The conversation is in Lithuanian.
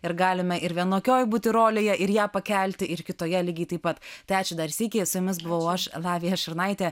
ir galime ir vienokioj būti rolėje ir ją pakelti ir kitoje lygiai taip pat tai ačiū dar sykį su jumis buvau aš lavija šurnaitė